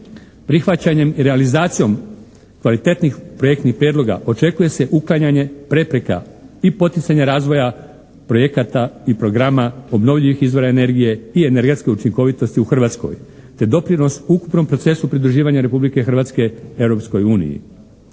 Prihvaćanjem i realizacijom kvalitetnih projektnih prijedloga očekuje se uklanjanje prepreka i poticanja razvoja projekata i programa obnovljivih izvora energije i energetske učinkovitosti u Hrvatskoj, te doprinos ukupnom procesu pridruživanja Republike Hrvatske